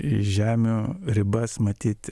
žemių ribas matyt